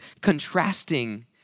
contrasting